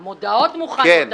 כן,